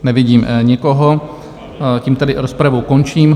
Nevidím nikoho, tím tedy rozpravu končím.